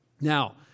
Now